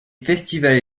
festivals